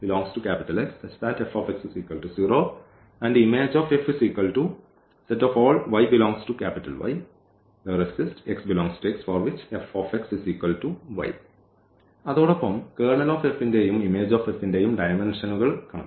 Ker Im അതോടൊപ്പം kernel F ൻറെയും image F ൻറെയും ഡയമെൻഷൻഉകൾ കണക്കാക്കി